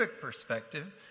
perspective